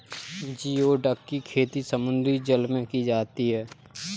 geoduck की खेती समुद्री जल में की जाती है